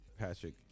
Patrick